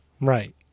right